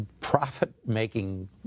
profit-making